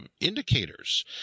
indicators